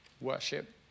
worship